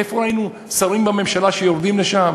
איפה ראינו שרים בממשלה שיורדים לשם?